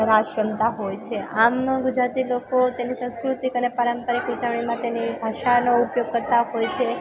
રાસ રમતા હોય છે આમનો ગુજરાતી લોકો તેમની સાંસ્કૃતિક અને પારંપરિક ઉજવણીમાં તેની ભાષાનો ઉપયોગ કરતાં હોય છે